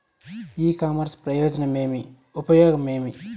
ఇ commerce ప్రయోజనం ఏమి? ఉపయోగం ఏమి?